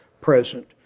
present